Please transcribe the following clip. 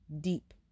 deep